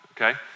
okay